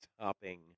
topping